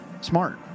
smart